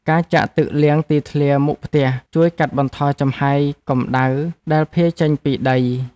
ការចាក់ទឹកលាងទីធ្លាមុខផ្ទះ ជួយកាត់បន្ថយចំហាយកម្ដៅដែលភាយចេញពីដី។